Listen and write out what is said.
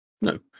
No